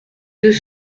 deux